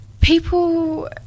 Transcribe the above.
people